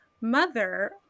mother